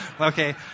Okay